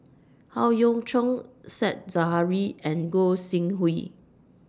Howe Yoon Chong Said Zahari and Gog Sing Hooi